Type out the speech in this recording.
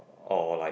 or like